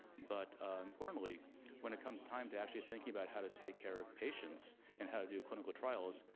but importantly when it comes time to actually thinking about how to take care of patients, and how to do clinical trials,